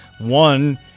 one